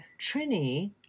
Trini